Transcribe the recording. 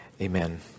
amen